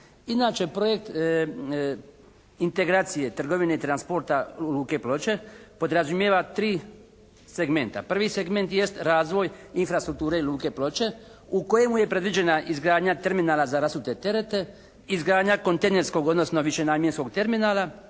Inače projekt integracije trgovine i transporta luke Ploče podrazumijeva tri segmenta. Prvi segment jest razvoj infrastrukture luke Ploče u kojemu je predviđena izgradnja terminala za rasute terete, izgradnja kontejnerskog odnosno višenamjenskog terminala,